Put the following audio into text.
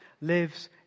lives